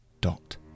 dot